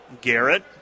Garrett